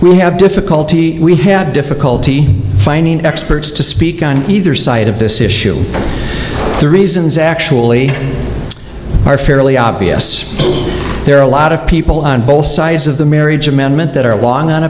we have difficulty we have difficulty finding experts to speak on either side of this issue the reasons actually are fairly obvious there are a lot of people on both sides of the marriage amendment that